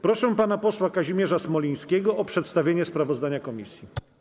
Proszę pana posła Kazimierza Smolińskiego o przedstawienie sprawozdania komisji.